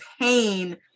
pain